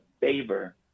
favor